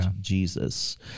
Jesus